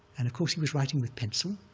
and of course he was writing with pencil,